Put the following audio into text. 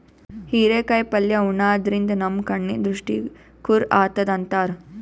ಹಿರೇಕಾಯಿ ಪಲ್ಯ ಉಣಾದ್ರಿನ್ದ ನಮ್ ಕಣ್ಣಿನ್ ದೃಷ್ಟಿ ಖುರ್ ಆತದ್ ಅಂತಾರ್